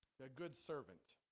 a good servant